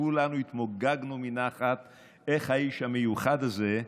כולנו התמוגגנו מנחת איך האיש המיוחד הזה,